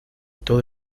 todo